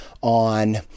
on